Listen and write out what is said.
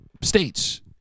states